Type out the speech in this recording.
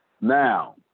now